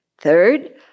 Third